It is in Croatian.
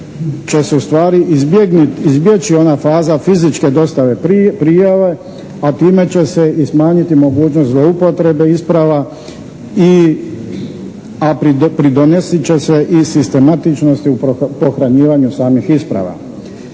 će se ustvari izbjeći ona faza fizičke dostave prijave, a time će se i smanjiti mogućnost zloupotrebe isprava i a pridonosit će se i sistematičnosti u pohranjivanju samih isprava.